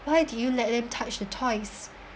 why did you let them touch the toys